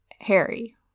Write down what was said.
Harry